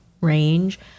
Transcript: range